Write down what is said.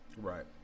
right